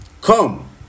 come